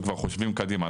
וכבר חושבים קדימה.